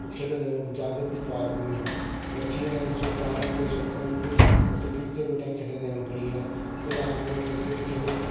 खेॾंदा आहियूं जागरती पार्क में वठी वेंदा आहियूं ॿारनि खे छोकिरनि खे उते किरकेट वेठा खेॾंदा आहियूं बढ़िया कलाक ॿ किरकेट खेॾो